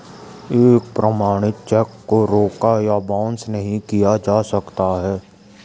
एक प्रमाणित चेक को रोका या बाउंस नहीं किया जा सकता है